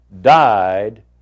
died